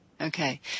Okay